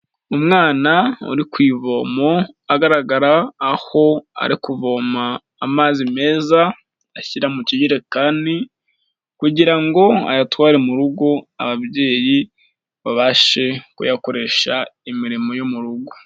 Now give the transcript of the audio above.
Umwana uri ku ivomo agaragara aho ari kuvoma amazi meza ashyira mu kijerekeni kugira ngo ayatware mu rugo, ababyeyi babashe kuyakoresha imirimo yo mu rugo.